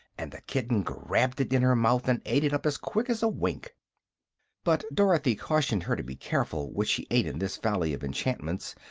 and the kitten grabbed it in her mouth and ate it up as quick as a wink but dorothy cautioned her to be careful what she ate in this valley of enchantments,